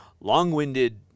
long-winded